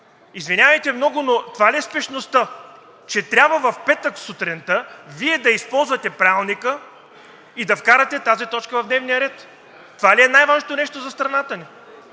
Извинявайте много, но това ли е спешността, че трябва в петък сутринта Вие да използване Правилника и да вкарате тази точка в дневния ред?! Това ли е най-важното нещо за страната ни,